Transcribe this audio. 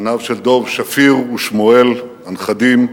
בניו של דב, שפיר ושמואל, הנכדים,